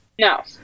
No